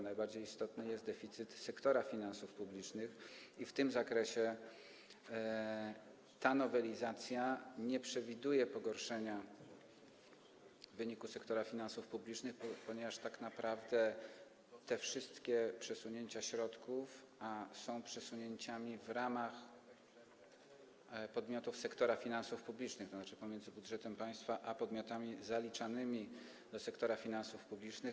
Najbardziej istotny jest deficyt sektora finansów publicznych i w tym zakresie ta nowelizacja nie przewiduje pogorszenia wyniku sektora finansów publicznych, ponieważ tak naprawdę te wszystkie przesunięcia środków są przesunięciami w ramach podmiotów sektora finansów publicznych, tzn. pomiędzy budżetem państwa a podmiotami zaliczanymi do sektora finansów publicznych.